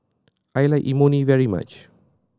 I like Imoni very much